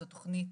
זו תוכנית